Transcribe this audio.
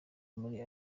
muri